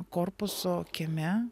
korpuso kieme